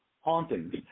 hauntings